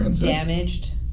damaged